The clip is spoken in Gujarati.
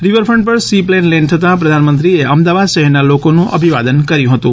રીવરફન્ટ ઉપર સી પ્લેન લેન્ડ થતાં પ્રધાનમંત્રીએ અમદાવાદ શહેરના લોકોનું અભિવાદન કર્યુ હતું